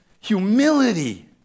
humility